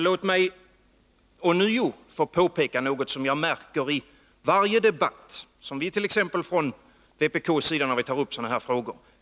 Låt mig ånyo få påpeka något som vi från vpk:s sida finner i varje debatt när vi tar upp sådana här frågor.